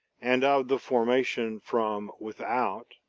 and of the formation from without,